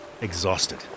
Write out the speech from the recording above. exhausted